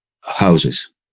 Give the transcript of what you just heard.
houses